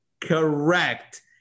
Correct